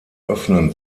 öffnen